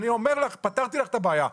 פתרתי לך את הבעיה,